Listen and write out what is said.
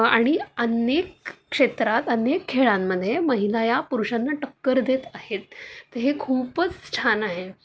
आणि अनेक क्षेत्रात अनेक खेळांमध्ये महिला या पुरुषांना टक्कर देत आहेत त हे खूपच छान आहे